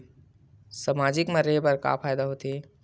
सामाजिक मा रहे बार का फ़ायदा होथे?